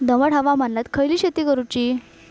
दमट हवामानात खयली शेती करूची?